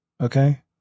Okay